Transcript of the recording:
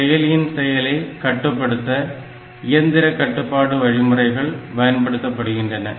செயலியின் செயலை கட்டுப்படுத்த இயந்திர கட்டுப்பாடு வழிமுறைகள் பயன்படுத்தப்படுகின்றன